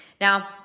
Now